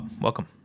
welcome